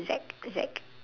Z Z